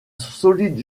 solide